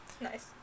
Nice